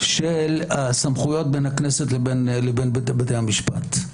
של הסמכויות בין הכנסת לבין בית המשפט.